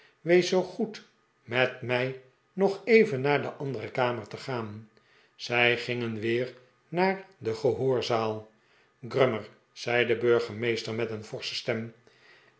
wees zoo goed met mij nog even naar de andere kamer te gaan zij gingen weer naar de gehoorzaal grummer zei de burgemeester met een forsche stem